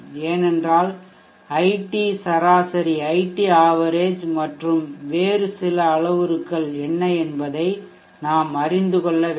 ஏனென்றால் ஐடி சராசரி மற்றும் வேறு சில அளவுருக்கள் என்ன என்பதை நாம் அறிந்து கொள்ள வேண்டும்